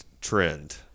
trend